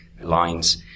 lines